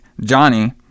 Johnny